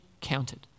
counted